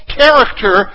character